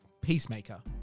Peacemaker